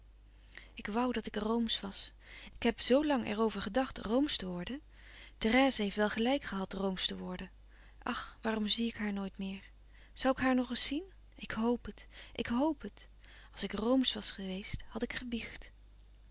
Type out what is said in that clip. ik woû dat ik roomsch was ik heb zoo lang er over gedacht roomsch te worden therèse heeft wel gelijk gehad roomsch te worden ach waarom zie ik haar nooit meer zoû ik haar nog eens zien ik hoop het ik hoop het als ik roomsch was geweest had ik gebiecht